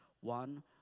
one